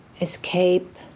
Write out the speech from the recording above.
escape